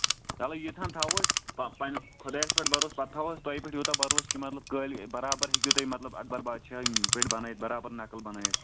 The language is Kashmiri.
چلو ییٖژھ ہن تھاوَو أسۍ خۄدایَس پٮ۪ٹھ بروس پَتہٕ تھاوَو أسۍ تۄہہِ پٮ۪ٹھ یوٗتاہ بَروسہٕ کہِ مطلب برابر ہیٚکِو تُہۍ مطلب اَکبر بادشاہٕنۍ پٲٹھۍ بَنٲیِتھ برابر نَقل بَنایِتھ